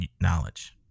knowledge